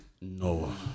No